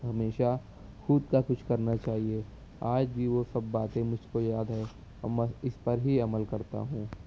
ہمیشہ خود کا کچھ کرنا چاہیے آج بھی وہ سب باتیں مجھ کو یاد ہے اور مس اس پر ہی عمل کرتا ہوں